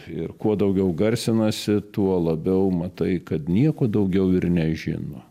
ir kuo daugiau garsinasi tuo labiau matai kad nieko daugiau ir nežino